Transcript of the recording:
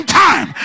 time